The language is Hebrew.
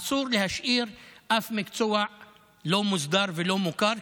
אסור להשאיר אף מקצוע לא מוסדר ולא מוכר,